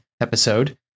episode